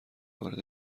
وارد